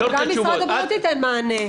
שגם משרד הבריאות ייתן מענה.